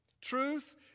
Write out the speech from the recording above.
Truth